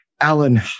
Alan